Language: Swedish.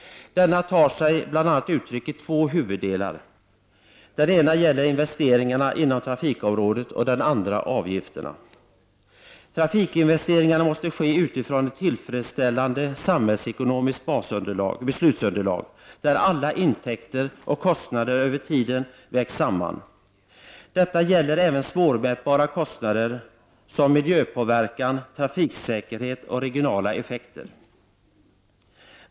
Denna tar sig bl.a. uttryck i två huvuddelar. Den ena gäller investeringarna inom trafikområdet och den andra avgifterna. Trafikinvesteringarna måste ske utifrån ett tillfredsställande samhällsekonomiskt beslutsunderlag, där alla intäkter och kostnader över tiden vägs samman. Detta gäller även svårmätbara kostnader, som miljöpåverkan, trafiksäkerhet och regionala effekter.